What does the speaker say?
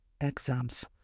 exams